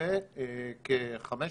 וכ-17